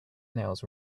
nails